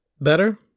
better